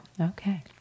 okay